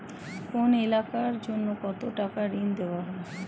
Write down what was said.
কোন এলাকার জন্য কত টাকা ঋণ দেয়া হয়?